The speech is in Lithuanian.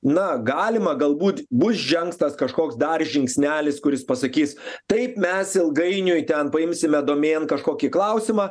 na galima galbūt bus žengtas kažkoks dar žingsnelis kuris pasakys taip mes ilgainiui ten paimsime domėn kažkokį klausimą